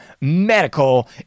medical